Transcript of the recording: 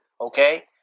Okay